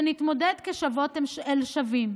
שנתמודד כשוות בין שווים.